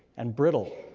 and brittle.